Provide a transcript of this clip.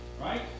right